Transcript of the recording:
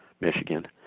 Michigan